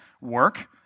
work